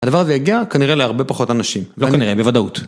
הדבר הזה הגיע כנראה להרבה פחות אנשים. לא כנראה, בוודאות.